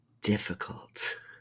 difficult